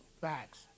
Facts